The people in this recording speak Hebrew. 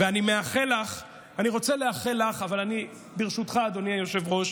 אני רוצה לאחל לך, אבל ברשותך, אדוני היושב-ראש,